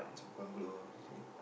bungalow is it